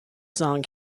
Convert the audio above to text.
son